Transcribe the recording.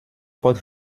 porte